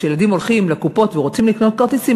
כשילדים הולכים לקופות ורוצים לקנות כרטיסים,